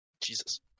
jesus